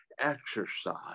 exercise